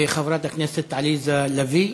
חברת הכנסת עליזה לביא?